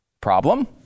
Problem